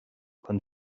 chun